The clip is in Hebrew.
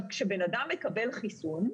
כשבן אדם מקבל חיסון,